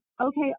okay